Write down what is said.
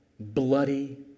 Bloody